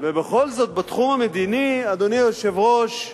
ובכל זאת בתחום המדיני, אדוני היושב-ראש,